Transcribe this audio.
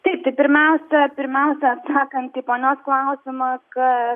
taip tai pirmiausia pirmiausia atsakant į mano klausimą kad